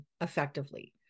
effectively